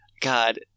God